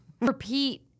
Repeat